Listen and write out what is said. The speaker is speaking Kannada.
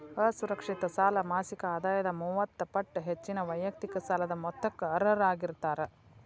ಅಸುರಕ್ಷಿತ ಸಾಲ ಮಾಸಿಕ ಆದಾಯದ ಮೂವತ್ತ ಪಟ್ಟ ಹೆಚ್ಚಿನ ವೈಯಕ್ತಿಕ ಸಾಲದ ಮೊತ್ತಕ್ಕ ಅರ್ಹರಾಗಿರ್ತಾರ